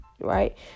Right